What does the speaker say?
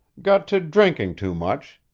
got to drinking too much,